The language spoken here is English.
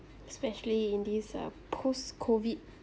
especially in this uh post COVID